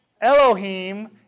Elohim